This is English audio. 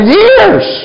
years